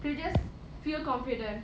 to just feel confident